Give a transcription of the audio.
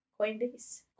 Coinbase